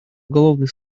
уголовный